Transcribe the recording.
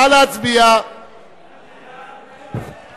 סעיפים 2